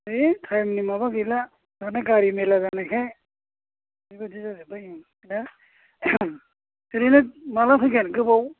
है टाइमनि माबा गैला दाना गारि मेल्ला जानायखाय बेबादि जाजोब्बाय ओं दा ओरैनो माब्ला फैगोन गोबाव